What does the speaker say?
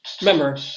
remember